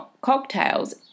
cocktails